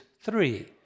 three